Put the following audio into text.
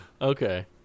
Okay